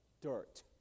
dirt